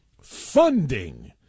Funding